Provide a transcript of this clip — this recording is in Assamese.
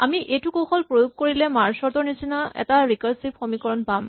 আমি এইটো কৌশল প্ৰয়োগ কৰিলে মাৰ্জ চৰ্ট ৰ নিচিনা এটা ৰিকাৰছিভ সমীকৰণ পাম